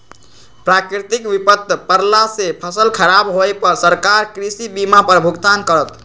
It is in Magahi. प्राकृतिक विपत परला से फसल खराब होय पर सरकार कृषि बीमा पर भुगतान करत